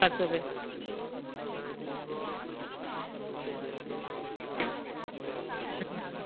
থাকবে